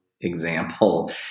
example